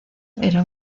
era